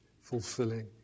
fulfilling